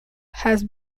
has